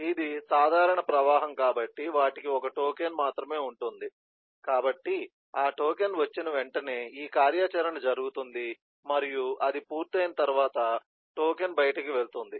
ఇది సాధారణ ప్రవాహం కాబట్టి వాటికి ఒక టోకెన్ మాత్రమే ఉంటుంది కాబట్టి ఆ టోకెన్ వచ్చిన వెంటనే ఈ కార్యాచరణ జరుగుతుంది మరియు అది పూర్తయిన తర్వాత టోకెన్ బయటికి వెళ్తుంది